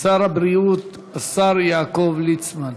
שר הבריאות, השר יעקב ליצמן.